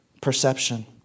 perception